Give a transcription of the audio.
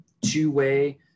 two-way